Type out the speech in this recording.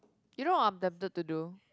you know what I'm tempted to do